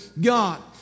God